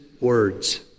words